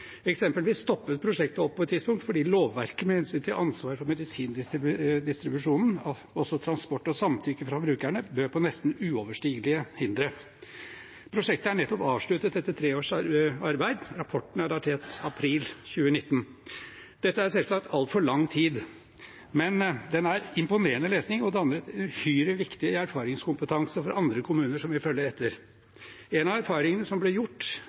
Eksempelvis stoppet prosjektet opp på et tidspunkt fordi lovverket med hensyn til ansvaret for medisindistribusjon, transport og samtykke fra brukerne, bød på nesten uoverstigelige hindre. Prosjektet er nettopp avsluttet etter tre års arbeid. Rapporten er datert april 2019. Dette er selvsagt altfor lang tid. Men rapporten er imponerende lesning og danner uhyre viktig erfaringskompetanse for andre kommuner som vil følge etter. Én av erfaringene som ble gjort,